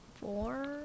four